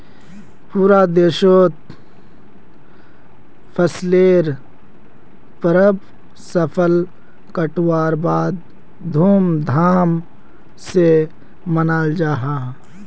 पूरा देशोत फसलेर परब फसल कटवार बाद धूम धाम से मनाल जाहा